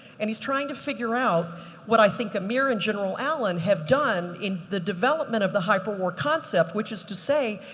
and he's trying to figure out what i think amir and general allen have done in the development of the hyperwar concept, which is to say,